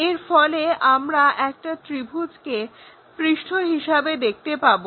এর ফলে আমরা একটা ত্রিভুজকে পৃষ্ঠ হিসেবে দেখতে পাবো